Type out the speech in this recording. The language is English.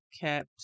kept